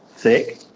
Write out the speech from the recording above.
Thick